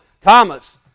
Thomas